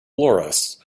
loras